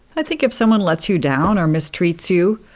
i think if someone lets you down or mistreats you,